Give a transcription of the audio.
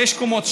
שש קומות,